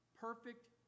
perfect